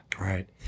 Right